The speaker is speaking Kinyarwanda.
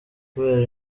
kubera